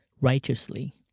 righteously